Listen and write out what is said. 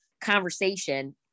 conversation